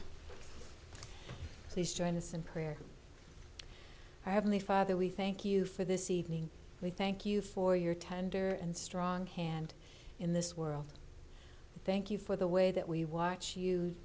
please join us in prayer i have the father we thank you for this evening we thank you for your tender and strong hand in this world thank you for the way that we watch